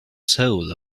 soul